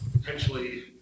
potentially